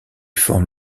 forme